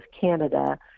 Canada